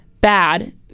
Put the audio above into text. bad